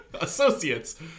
Associates